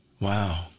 Wow